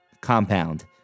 compound